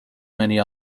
many